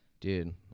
Dude